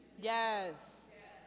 Yes